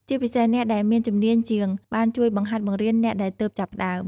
ជាពិសេស អ្នកដែលមានជំនាញជាងបានជួយបង្ហាត់បង្រៀនអ្នកដែលទើបចាប់ផ្ដើម។